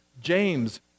James